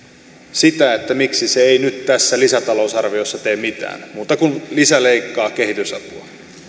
sitä miksi se ei nyt tässä lisätalousarviossa tee mitään muuta kuin lisäleikkaa kehitysapua